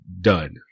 Done